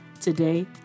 Today